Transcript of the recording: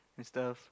and stuff